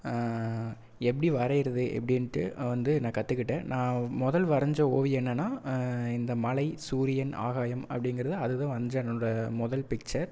எப்படி வரைகிறது எப்படின்ட்டு வந்து நான் கற்றுக்கிட்டேன் நான் மொதல்ல வரைஞ்ச ஓவியம் என்னென்னா இந்த மலை சூரியன் ஆகாயம் அப்படிங்கிறது அதுதான் வரைஞ்ச என்னோடய முதல் பிக்சர்